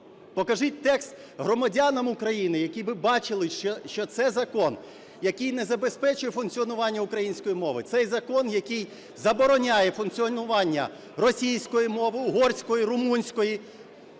Покажіть текст громадянам України, які б бачили, що це закон, який не забезпечує функціонування української мови. Це закон, який забороняє функціонування російської мови, угорської, румунської,